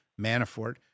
Manafort